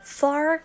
far